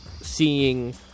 seeing